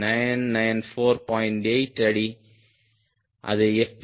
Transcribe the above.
8 அடி இது எஃப்